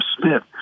Smith